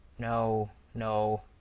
no, no,